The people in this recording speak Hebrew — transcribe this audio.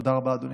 תודה רבה, אדוני.